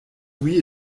louis